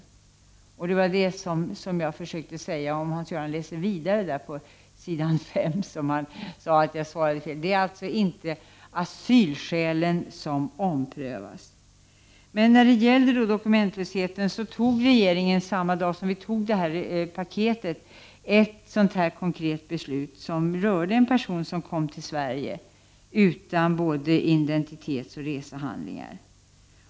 Om Hans Göran Franck läser vidare i texten på s. 5 i det utdelade svaret — Hans Göran Franck sade ju att jag sagt fel — kommer han att inse att det alltså inte är asylskälen som omprövas. När det gäller dokumentlösheten fattade regeringen samma dag som det här paketet antogs ett konkret beslut rörande en kvinna som kom till Sverige utan vare sig identitetseller resehandlingar.